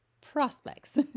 prospects